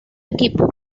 equipo